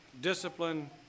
discipline